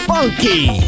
Funky